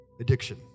addiction